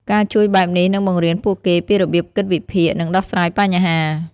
ការជួយបែបនេះនឹងបង្រៀនពួកគេពីរបៀបគិតវិភាគ និងដោះស្រាយបញ្ហា។